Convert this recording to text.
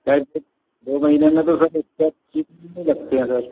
क्या है सर दो महीने में तो सर उसको सीखने में लगते हैं सर